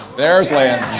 there's linh.